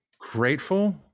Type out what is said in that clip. grateful